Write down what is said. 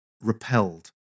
repelled